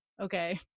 Okay